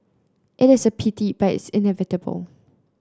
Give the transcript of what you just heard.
it is a pity but it's inevitable